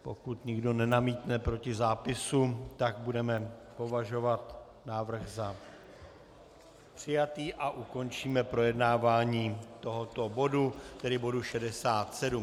Pokud nikdo nenamítne proti zápisu, tak budeme považovat návrh za přijatý a ukončíme projednávání tohoto bodu, tedy bodu 67.